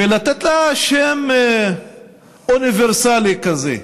ולתת לה שם אוניברסלי כזה: